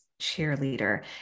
cheerleader